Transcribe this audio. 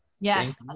Yes